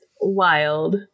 wild